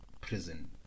Prison